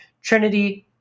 Trinity